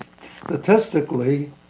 statistically